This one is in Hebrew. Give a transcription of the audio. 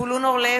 זבולון אורלב,